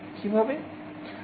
কীভাবে